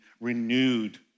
renewed